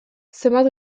zenbat